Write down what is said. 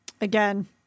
Again